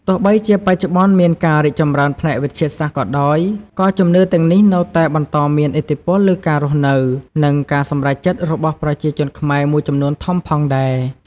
ទោះបីជាបច្ចុប្បន្នមានការរីកចម្រើនផ្នែកវិទ្យាសាស្ត្រក៏ដោយ ក៏ជំនឿទាំងនេះនៅតែបន្តមានឥទ្ធិពលលើការរស់នៅ និងការសម្រេចចិត្តរបស់ប្រជាជនខ្មែរមួយចំនួនធំផងដែរ។